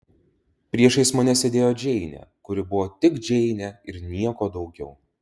priešais mane sėdėjo džeinė kuri buvo tik džeinė ir nieko daugiau